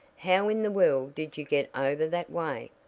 how in the world did you get over that way?